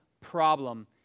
problem